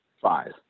five